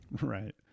Right